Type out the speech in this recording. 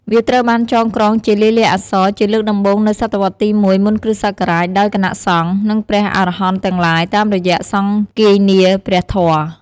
វាត្រូវបានចងក្រងជាលាយលក្ខណ៍អក្សរជាលើកដំបូងនៅសតវត្សទី១ មុនគ្រិស្តសករាជ ដោយគណៈសង្ឃ និងព្រះអរហន្តទាំងឡាយ តាមរយៈសង្គាយនាព្រះធម៌។